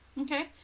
Okay